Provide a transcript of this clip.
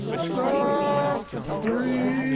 of the free